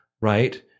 right